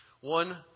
One